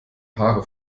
haare